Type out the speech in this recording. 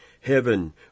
heaven